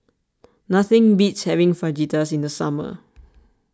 nothing beats having Fajitas in the summer